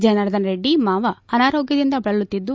ಜರ್ನಾದನ ರೆಡ್ಡಿ ಮಾವ ಅನಾರೋಗ್ಯದಿಂದ ಬಳಲುತ್ತಿದ್ದು